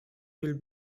will